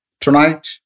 tonight